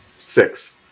Six